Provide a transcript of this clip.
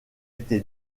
été